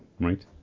right